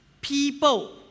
people